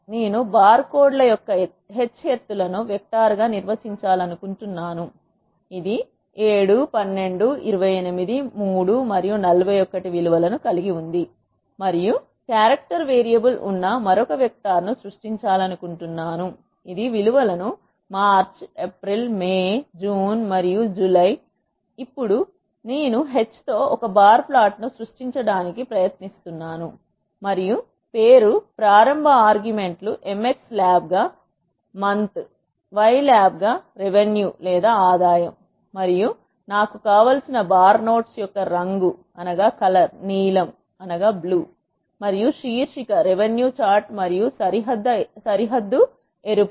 నేను బార్కోడ్ల యొక్క h ఎత్తు లను వెక్టర్గా నిర్వచించాలనుకుంటున్నాను ఇది 7 12 28 3 మరియు 41 విలు వలను కలిగి ఉంది మరియు క్యారెక్టర్ వేరియబుల్ ఉన్న మరొక వెక్టర్ను సృష్టించాలనుకుంటున్నాను ఇది విలు వలను మార్చి ఏప్రిల్ మే జూన్ మరియు జూలై మరియు ఇప్పుడు నేను h తో ఒక బార్ ప్లాట్ను సృష్టించడానికి ప్రయత్నిస్తున్నాను మరియు పేరు ప్రారంభ ఆర్గ్యుమెంట్ లు mx ల్యాబ్గా మంత్ y ల్యాబ్ రెవెన్యూ లేదా ఆదాయం గా మరియు నాకు కావలసిన బార్ నోట్స్ యొక్క రంగు నీలం మరియు శీర్షిక రెవెన్యూ చార్ట్ మరియు సరిహద్దు ఎరుపు